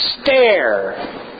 stare